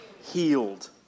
Healed